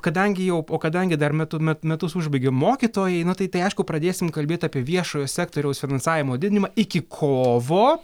kadangi jau o kadangi dar metu me metus užbaigė mokytojai nu tai tai aišku pradėsim kalbėt apie viešojo sektoriaus finansavimo didinimą iki kovo